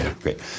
Great